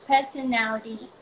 Personality